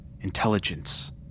Intelligence